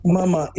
Mama